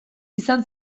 izan